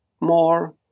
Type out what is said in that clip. more